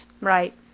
Right